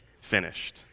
finished